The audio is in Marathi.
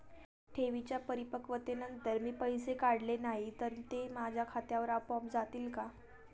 ठेवींच्या परिपक्वतेनंतर मी पैसे काढले नाही तर ते माझ्या खात्यावर आपोआप जातील का?